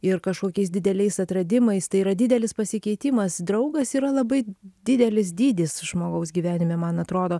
ir kažkokiais dideliais atradimais tai yra didelis pasikeitimas draugas yra labai didelis dydis žmogaus gyvenime man atrodo